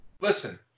Listen